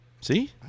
See